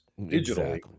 digitally